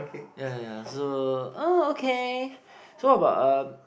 ya yeah yeah so uh okay so about um